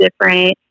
different